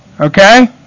Okay